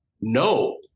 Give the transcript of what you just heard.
no